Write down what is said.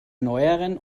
neueren